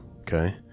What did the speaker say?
okay